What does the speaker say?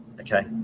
okay